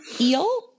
eel